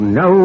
no